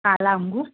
काला अंगूर